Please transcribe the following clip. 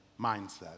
mindset